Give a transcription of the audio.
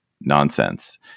nonsense